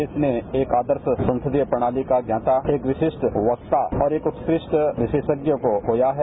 देश ने एक आर्देश संसदीय प्रणाली का ज्ञाता एक विशिष्ट कक्ता और एक उत्कृष्ट विशेषज्ञ को खोया है